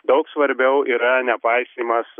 daug svarbiau yra nepaisymas